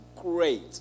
great